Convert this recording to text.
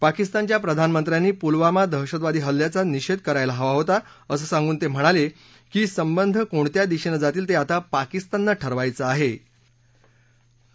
पाकिस्तानच्या प्रधानमंत्र्यांनी पुलवामा दहशतवादी हल्ल्याचा निषेध करायला हवा होता असं सांगून ते म्हणाले की संबंध कोणत्या दिशेनं जातील ते आता पाकिस्ताननं ठरवायचं आहे असंही ते म्हणाले